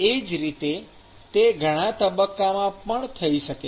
એ જ રીતે તે ઘણા તબક્કામાં પણ થઈ શકે છે